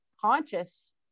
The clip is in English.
conscious